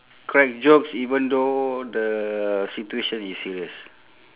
crack jokes even though the situation is serious